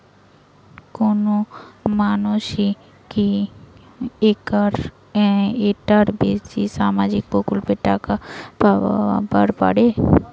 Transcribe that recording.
কোনো মানসি কি একটার বেশি সামাজিক প্রকল্পের টাকা পাবার পারে?